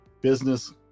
business